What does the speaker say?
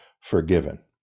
forgiven